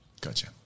Gotcha